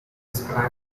described